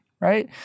right